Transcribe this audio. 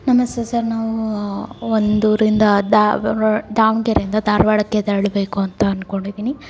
ನಮಸ್ತೆ ಸರ್ ನಾವು ಒಂದೂರಿಂದ ದಾವರ್ ದಾವಣಗೆರೆಯಿಂದ ಧಾರವಾಡಕ್ಕೆ ತೆರಳ್ಬೇಕು ಅಂತ ಅಂದ್ಕೊಂಡಿದ್ದೀನಿ